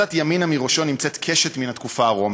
קצת ימינה מראשו נמצאת קשת מן התקופה הרומית.